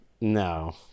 No